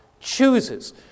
Chooses